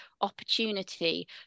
opportunity